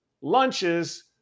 lunches